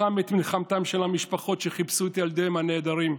לחם את מלחמתן של המשפחות שחיפשו את ילדיהן הנעדרים,